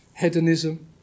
Hedonism